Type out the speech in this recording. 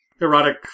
Erotic